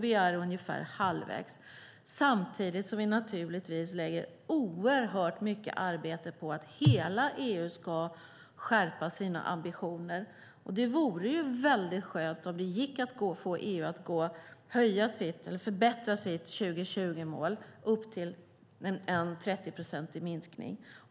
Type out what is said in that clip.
Vi är ungefär halvvägs. Samtidigt lägger vi naturligtvis oerhört mycket arbete på att hela EU ska skärpa sina ambitioner. Det vore mycket skönt om det gick att få EU att förbättra sitt 2020-mål till en minskning med 30 procent.